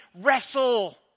wrestle